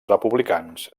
republicans